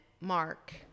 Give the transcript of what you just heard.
Mark